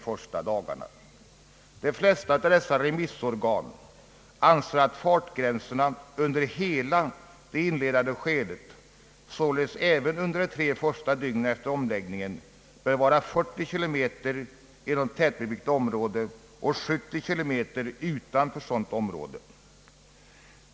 fartgränser i De flesta av dessa remissorgan anser att fartgränserna under hela det inledande skedet — således även under de tre första dygnen efter omläggningen — bör vara 40 kilometer inom tätbebyggt område och 70 utanför sådant område.